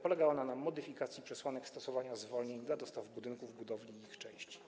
Polega ona na modyfikacji przesłanek stosowania zwolnień dla dostaw budynków, budowli i ich części.